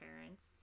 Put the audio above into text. parents